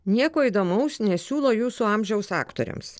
nieko įdomaus nesiūlo jūsų amžiaus aktoriams